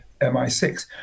MI6